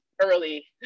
early